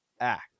Act